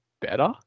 better